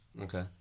Okay